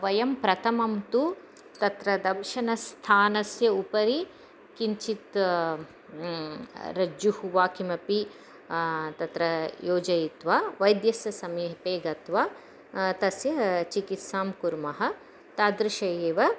वयं प्रथमं तु तत्र दंशनस्थानस्य उपरि किञ्चित् रज्जुः वा किमपि तत्र योजयित्वा वैद्यस्य समीपे गत्वा तस्य चिकित्सां कुर्मः तादृशः एव